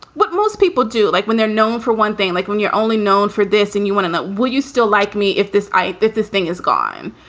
what most people do, like when they're known for one thing, like when you're only known for this and you wanted that, were you still like me? if this i if this thing is gone,